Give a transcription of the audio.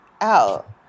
out